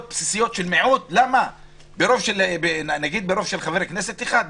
בסיסיות של מיעוט ברוב של חבר כנסת אחד?